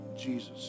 Jesus